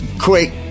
quick